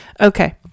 Okay